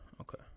okay